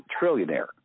trillionaire